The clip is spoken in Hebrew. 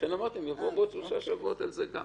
לכן אמרתי שהם יבואו בעוד שלושה שבועות על זה גם.